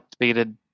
updated